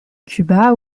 cuba